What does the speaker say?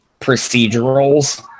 procedurals